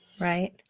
Right